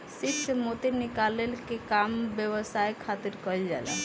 सीप से मोती निकाले के काम व्यवसाय खातिर कईल जाला